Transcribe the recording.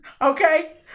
Okay